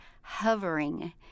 hovering